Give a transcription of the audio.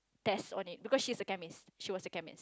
test on it because she's a chemist she was a chemist